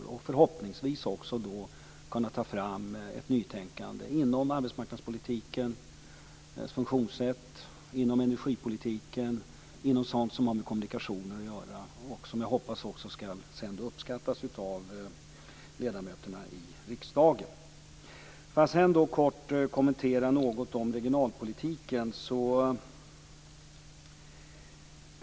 Vi kommer förhoppningsvis då att kunna ta fram ett nytänkande inom arbetsmarknadspolitiken och dess funktionssätt, inom energipolitiken och inom sådant som har med kommunikationer att göra, och som jag hoppas skall uppskattas av ledamöterna i riksdagen. Jag vill sedan något kort kommentera regionalpolitiken.